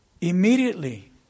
immediately